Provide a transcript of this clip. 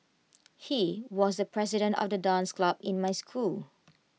he was the president of the dance club in my school